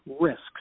risks